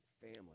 family